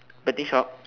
betting shop